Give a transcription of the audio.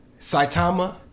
Saitama